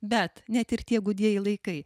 bet net ir tie gūdieji laikai